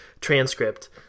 transcript